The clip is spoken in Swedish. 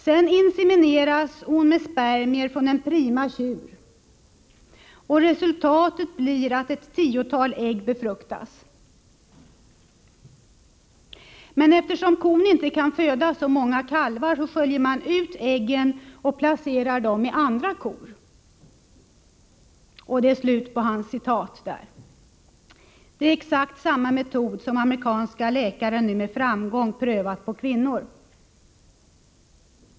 Sedan insemineras hon med spermier från en prima tjur, och resultatet blir att ett tiotal ägg befruktas. Men eftersom kon inte kan föda så många kalvar sköljer man ut äggen och placerar dem i andra kor.” Det är exakt samma metod som amerikanska läkare nu med framgång prövat på kvinnor.